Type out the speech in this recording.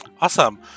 Awesome